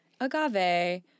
agave